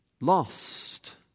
lost